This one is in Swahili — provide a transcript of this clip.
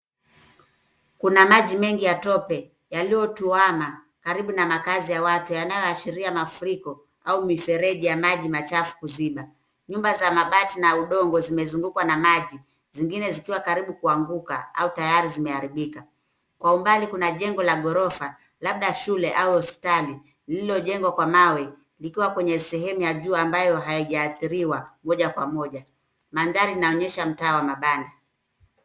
Kuna maji mengi ya tope yaliyotuama karibu na makazi ya watu yanayoashiria mafuriko au mifereji ya maji machafu kuziba, nyumba za mabati na udongo zimezungukwa na maji zingine zikiwa karibu kuanguka au tayari zimeharibika ,kwa umbali kuna jengo la ghorofa labda shule awe hospitali lililojengwa kwa mawe likiwa kwenye sehemu ya juu ambayo hayajaathiriwa moja kwa moja mandhari inaonyesha mtaa wa mabanda.